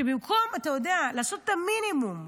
שבמקום לעשות את המינימום,